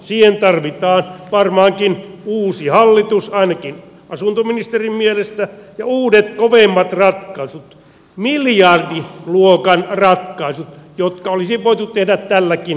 siihen tarvitaan varmaankin uusi hallitus ainakin asuntoministerin mielestä ja uudet kovemmat ratkaisut miljardiluokan ratkaisut jotka olisi voitu tehdä tälläkin kerralla